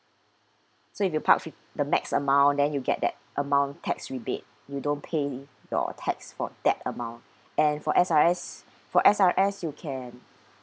so if you park fi~ the max amount then you get that amount tax rebate you don't pay your tax for that amount and for S_R_S for S_R_S you can